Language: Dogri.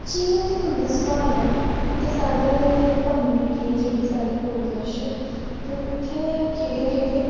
जियां कि तुं'दा सोआल ऐ कि साढ़े कमुनिटी ऐ जेह्ड़ी साढ़े कोल कश ते उत्थै केह्ड़े केह्ड़े